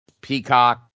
Peacock